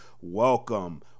Welcome